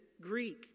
Greek